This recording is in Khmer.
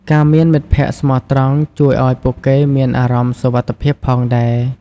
ការមានមិត្តភក្តិស្មោះត្រង់ជួយឱ្យពួកគេមានអារម្មណ៍សុវត្ថិភាពផងដែរ ។